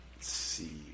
see